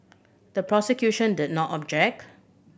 the prosecution did not object